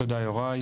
תודה יוראי.